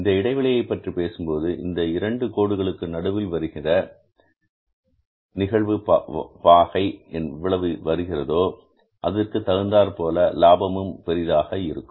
இந்த இடைவெளியை பற்றி பேசும்போது இந்த இரண்டு கோடுகளுக்கு நடுவில் வருகிற நிகழ்வு வாகை பாகை எவ்வளவு இருக்கிறதோ அதற்கு தகுந்தார் போல லாபமும் பெரிதாக இருக்கும்